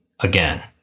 Again